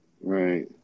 Right